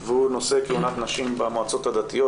והוא נושא כהונת נשים במועצות הדתיות.